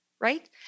right